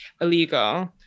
illegal